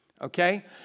Okay